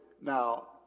Now